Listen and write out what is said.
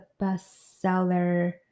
bestseller